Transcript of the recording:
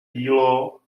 dílo